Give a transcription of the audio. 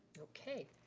okay.